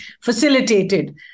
facilitated